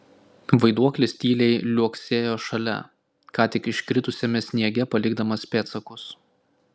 vaiduoklis tyliai liuoksėjo šalia ką tik iškritusiame sniege palikdamas pėdsakus